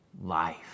life